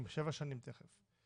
שבע שנים תכף,